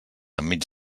enmig